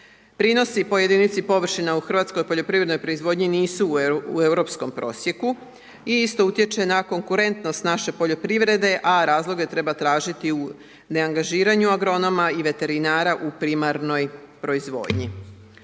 Prinosi po jedinici površina u hrvatskoj poljoprivrednoj proizvodnji nisu u europskom propisu i isto utječe na konkurentnost naše poljoprivrede a razloge treba tražiti u neangažiranju agronoma i veterinara u primarnoj proizvodnji.